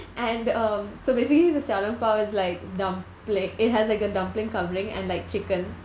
and um so basically the 小笼包 is like dumpli~ it has like a dumpling covering and like chicken